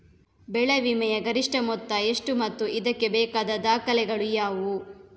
ಬೆಳೆ ವಿಮೆಯ ಗರಿಷ್ಠ ಮೊತ್ತ ಎಷ್ಟು ಮತ್ತು ಇದಕ್ಕೆ ಬೇಕಾದ ದಾಖಲೆಗಳು ಯಾವುವು?